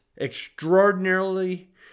extraordinarily